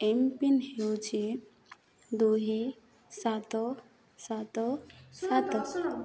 M PIN ହେଉଛି ଦୁଇ ସାତ ସାତ ସାତ